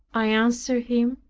i answered him,